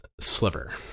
Sliver